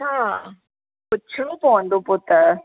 अच्छा पुछिणो पवंदो पोइ त